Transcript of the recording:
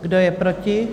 Kdo je proti?